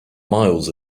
miles